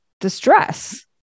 distress